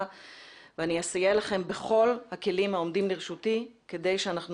ואני אסייע לכם בכל הכלים העומדים לרשותי כדי שאנחנו